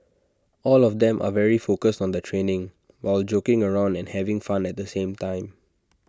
all of them are very focused on their training while joking around and having fun at the same time